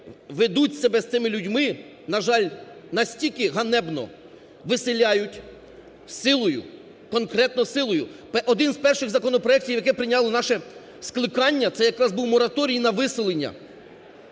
ведуть себе з цими людьми, на жаль, настільки ганебно! Виселяють силою, конкретно силою. Один з перших законопроектів, який прийняло наше скликання, це якраз був мораторій на виселення.